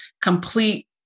complete